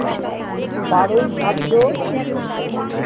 বারোই ভাদ্র